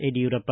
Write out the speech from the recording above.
Yediyurappa